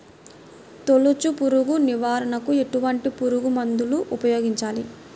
తొలుచు పురుగు నివారణకు ఎటువంటి పురుగుమందులు ఉపయోగించాలి?